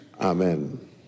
Amen